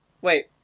Wait